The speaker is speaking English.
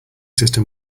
system